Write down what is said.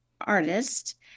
artist